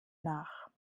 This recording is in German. nach